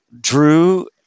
Drew